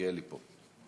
מלכיאלי פה.